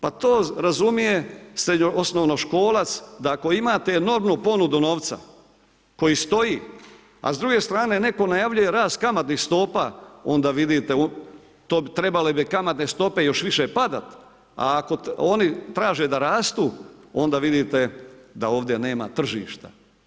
Pa to razumije osnovnoškolac da ako imate enormnu ponudu novca koji stoji, a s druge strane netko najavljuje rast kamatnih stopa, onda vidite trebale bi kamatne stope još više padat, a ako oni traže da rastu, onda vidite da ovdje nema tržišta.